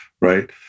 right